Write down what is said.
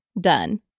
done